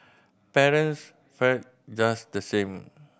parents fared just the same